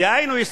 דהיינו,